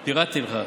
כבר פירטתי לך,